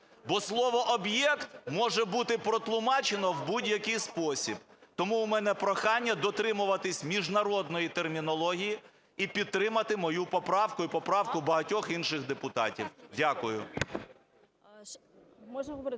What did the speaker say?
бо слово "об'єкт" може бути протлумачено в будь-який спосіб. Тому у мене прохання дотримуватися міжнародної термінології і підтримати мою поправку і поправку багатьох інших депутатів. Дякую.